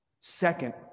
Second